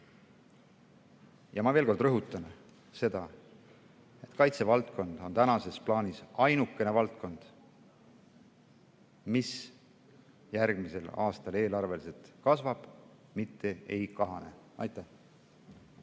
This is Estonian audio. Ma veel kord rõhutan, et kaitsevaldkond on tänases plaanis ainukene valdkond, mis järgmisel aastal eelarveliselt kasvab, mitte ei kahane. Andres